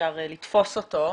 שאפשר לתפוס אותו.